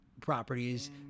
properties